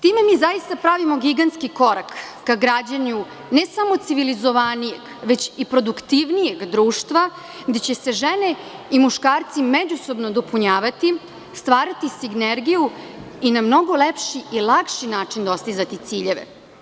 Time mi zaista pravimo gigantski korak ka građenju ne samo civilizovanijeg već i produktivnijeg društva, gde će se žene i muškarci međusobno dopunjavati, stvarati sinergiju i na mnogo lepši i lakši način dostizati ciljeve.